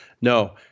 No